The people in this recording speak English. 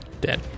Dead